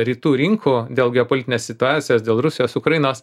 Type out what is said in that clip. rytų rinkų dėl geopolitinės situacijos dėl rusijos ukrainos